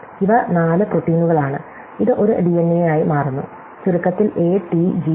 ഇവ 4 പ്രോട്ടീനുകളാണ് ഇത് ഒരു ഡിഎൻഎയായി മാറുന്നു ചുരുക്കത്തിൽ എ ട്ടി ജി സി